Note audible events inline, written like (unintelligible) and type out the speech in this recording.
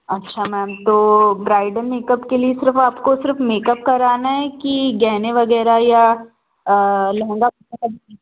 अच्छा मैम तो bridal makeup के लिए सिर्फ़ आपको सिर्फ़ मेकअप कराना है कि गहने वग़ैरह या लहंगा (unintelligible)